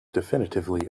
definitively